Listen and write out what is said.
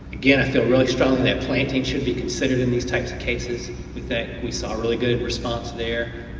again i feel really strongly that planting should be considered in these types of cases with that we saw a really good response there.